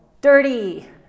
dirty